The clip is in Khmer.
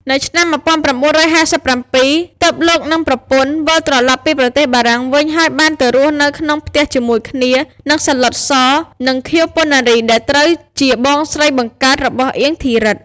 នៅឆ្នាំ១៩៥៧ ទើប លោកនិងប្រពន្ធ វិលត្រឡប់ពីប្រទេសបារាំងវិញ ហើយបានទៅរស់នៅក្នុងផ្ទះជាមួយគ្នានឹង សាឡុត ស និងខៀវ ប៉ុណ្ណារី ដែលត្រូវជាបងស្រីបង្កើតរបស់ អៀង ធីរិទ្ធិ។